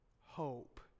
hope